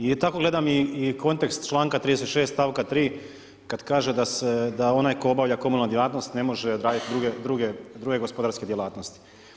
I tako gledam i kontekst članka 36. stavka 3. kad kaže da se, da onaj tko obavlja komunalnu djelatnost ne može raditi druge gospodarske djelatnosti.